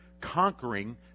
conquering